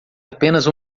apenas